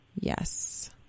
yes